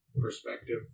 perspective